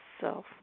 self